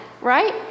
right